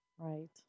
right